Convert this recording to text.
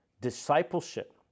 discipleship